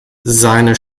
seine